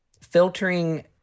filtering